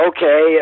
Okay